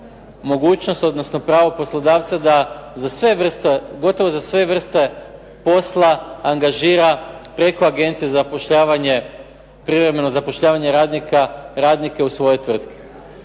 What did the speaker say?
mogućnost odnosno pravo poslodavca da gotovo za sve vrste posla angažira preko agencije za privremeno zapošljavanje radnika radnike u svojoj tvrtki.